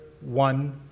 one